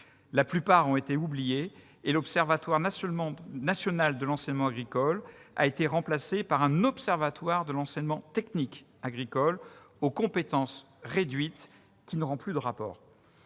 avancées ont été oubliées, et l'Observatoire national de l'enseignement agricole a été remplacé par l'Observatoire de l'enseignement technique agricole, aux compétences réduites et qui ne rend plus de rapport